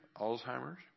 Alzheimer's